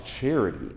charity